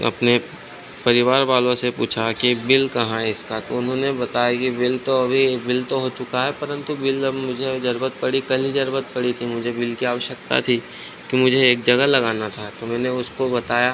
अपने परिवार वालों से पूछा कि बिल कहाँ है इसका तो उन्होंने बताया कि बिल तो अभी बिल तो हो चुका है परन्तु बिल अब मुझे ज़रूरत पड़ी कल ही ज़रूरत पड़ी थी मुझे बिल की आवश्यकता थी कि मुझे एक जगह लगाना था तो मैंने उसको बताया